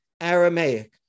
Aramaic